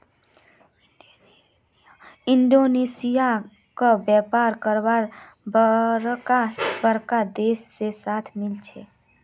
Indonesia क व्यापार करवार बरका बरका देश से साथ मिल छे